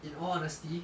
in all honesty